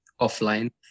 offline